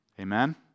Amen